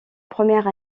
première